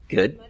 Good